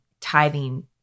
tithing